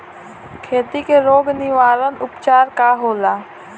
खेती के रोग निवारण उपचार का होला?